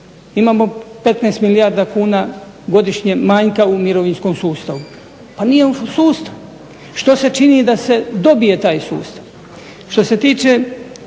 Imamo 15 milijardi kuna godišnje manjka u mirovinskom sustavu. Pa nije sustav. Što se čini da se dobije taj sustav? Što se tiče